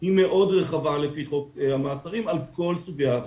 הם מאוד רחבים לפי חוק המעצרים על כל סוגי העבירות.